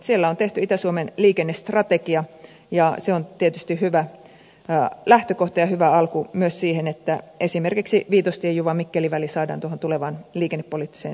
siellä on tehty itä suomen liikenne strategia ja se on tietysti hyvä lähtökohta ja hyvä alku myös siihen että esimerkiksi viitostien juvamikkeli väli saadaan tuohon tulevaan liikennepoliittiseen selontekoon